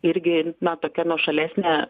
irgi ne tokia nuošalesnė